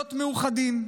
להיות מאוחדים.